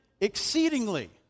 exceedingly